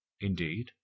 Indeed